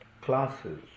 classes